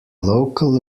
local